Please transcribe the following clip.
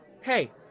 hey